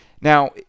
Now